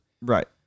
Right